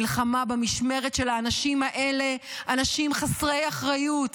מלחמה במשמרת של האנשים האלה, אנשים חסרי אחריות.